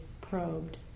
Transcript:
probed